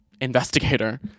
investigator